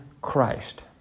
Christ